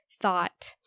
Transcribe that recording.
thought